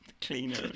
cleaner